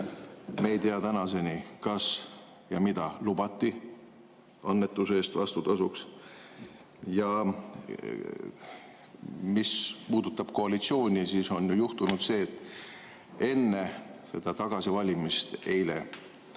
Me ei tea tänaseni, kas [midagi] või mida lubati annetuse eest vastutasuks. Ja mis puudutab koalitsiooni, siis on juhtunud see, et enne seda eilset tagasivalimist oli